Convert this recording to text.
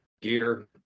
gear